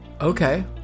Okay